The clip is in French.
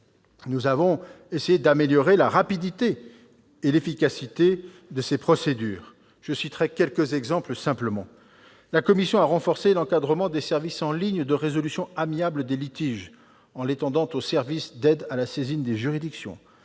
lois a essayé d'améliorer la rapidité et l'efficacité des procédures. Je me bornerai à citer quelques exemples à cet égard. La commission a renforcé l'encadrement des services en ligne de résolution amiable des litiges, en l'étendant aux services d'aide à la saisine des juridictions.